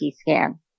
scan